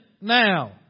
now